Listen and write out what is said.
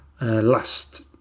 last